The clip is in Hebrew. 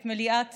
את מליאת